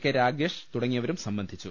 K Ragesh തുടങ്ങി യവരും സംബന്ധിച്ചു